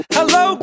Hello